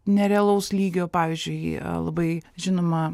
nerealaus lygio pavyzdžiui jie labai žinoma